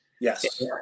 Yes